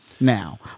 now